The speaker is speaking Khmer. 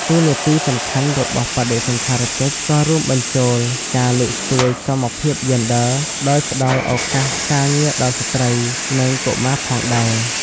តួនាទីសំខាន់របស់បដិសណ្ឋារកិច្ចក៏រួមបញ្ចូលការលើកស្ទួយសមភាពយ៉េនឌ័រ ដោយផ្តល់ឱកាសការងារដល់ស្ត្រី និងកុមារផងដែរ។